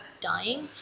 dying